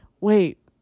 wait